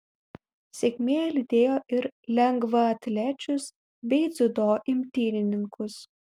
sėkmė lydėjo ir lengvaatlečius bei dziudo imtynininkus